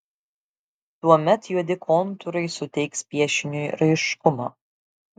tuomet juodi kontūrai suteiks piešiniui raiškumo